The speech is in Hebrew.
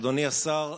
אדוני השר,